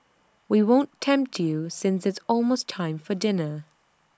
we won't tempt you since it's almost time for dinner